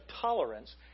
tolerance